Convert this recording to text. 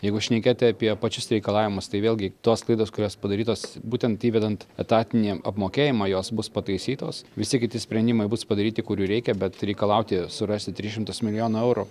jeigu šnekėti apie pačius reikalavimus tai vėlgi tos klaidos kurios padarytos būtent įvedant etatinį apmokėjimą jos bus pataisytos visi kiti sprendimai bus padaryti kurių reikia bet reikalauti surasti tris šimtus milijonų eurų